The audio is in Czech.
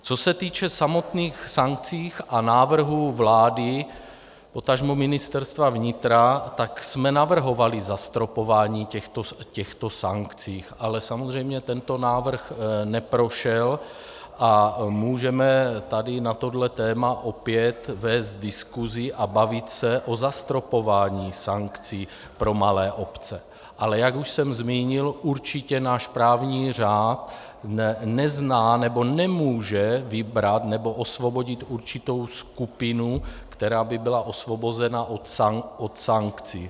Co se týče samotných sankcí a návrhů vlády, potažmo Ministerstva vnitra, tak jsme navrhovali zastropování těchto sankcí, ale samozřejmě tento návrh neprošel a můžeme tady na tohle téma opět vést diskusi a bavit se o zastropování sankcí pro malé obce, ale jak už jsem zmínil, určitě náš právní řád nezná nebo nemůže vybrat nebo osvobodit určitou skupinu, která by byla osvobozena od sankcí.